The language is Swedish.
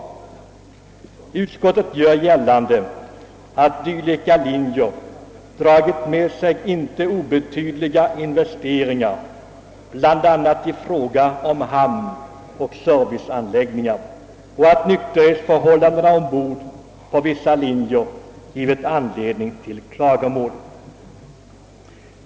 Utskottet gör gällande att dylika linjer dragit med sig inte obetydliga investeringar, bl.a. för hamnoch serviceanläggningar, och att nykterhetsförhållandena ombord på vissa linjer givit anledning till klagomål.